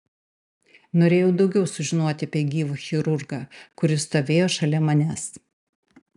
norėjau daugiau sužinoti apie gyvą chirurgą kuris stovėjo šalia manęs